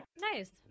Nice